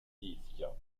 disques